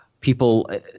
people